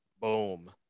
boom